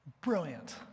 Brilliant